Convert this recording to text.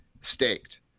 staked